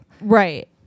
Right